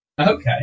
Okay